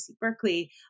Berkeley